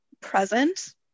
present